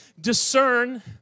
discern